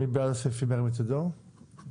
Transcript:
כן.